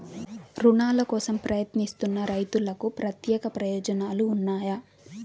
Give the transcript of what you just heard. రుణాల కోసం ప్రయత్నిస్తున్న రైతులకు ప్రత్యేక ప్రయోజనాలు ఉన్నాయా?